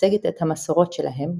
שמייצגת את המסורות שלהם,